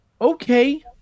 okay